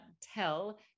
tell